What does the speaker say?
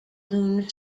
loon